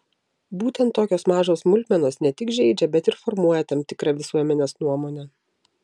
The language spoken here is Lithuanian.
būtent tokios mažos smulkmenos ne tik žeidžia bet ir formuoja tam tikrą visuomenės nuomonę